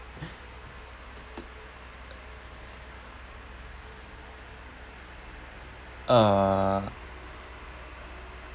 uh